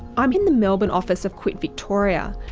i'm in the melbourne office of quit victoria,